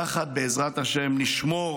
יחד, בעזרת השם, נשמור